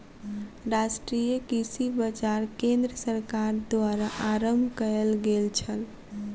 राष्ट्रीय कृषि बाजार केंद्र सरकार द्वारा आरम्भ कयल गेल छल